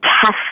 test